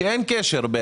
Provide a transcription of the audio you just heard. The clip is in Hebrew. כשאין קשר.